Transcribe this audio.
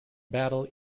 battle